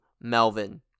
Melvin